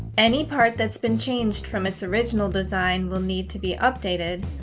any part that's been changed from its original design will need to be updated,